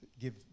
give